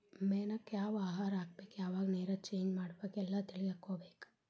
ಮೇನಕ್ಕ ಯಾವ ಆಹಾರಾ ಹಾಕ್ಬೇಕ ಯಾವಾಗ ನೇರ ಚೇಂಜ್ ಮಾಡಬೇಕ ಎಲ್ಲಾ ತಿಳಕೊಬೇಕ